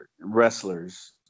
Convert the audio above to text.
wrestlers